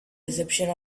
reception